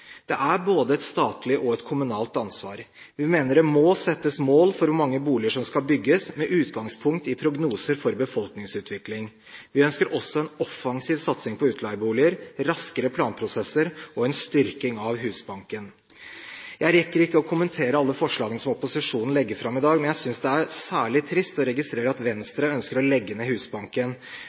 Det er både et statlig og et kommunalt ansvar. Vi mener det må settes mål for hvor mange boliger som skal bygges, med utgangspunkt i prognoser for befolkningsutvikling. Vi ønsker også en offensiv satsing på utleieboliger, raskere planprosesser og en styrking av Husbanken. Jeg rekker ikke å kommentere alle forslagene som opposisjonen legger fram i dag, men jeg synes det er særlig trist å registrere at Venstre ønsker å legge ned Husbanken.